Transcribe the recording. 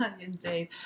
Indeed